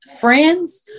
friends